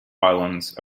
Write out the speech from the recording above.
islands